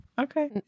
Okay